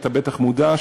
אתה בטח מודע,